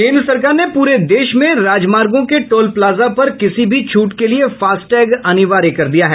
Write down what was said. केन्द्र सरकार ने पूरे देश में राजमार्गों के टोल प्लाजा पर किसी भी छूट के लिए फास्टैग अनिवार्य कर दिया है